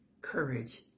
courage